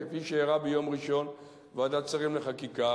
כפי שאירע ביום ראשון בוועדת השרים לחקיקה,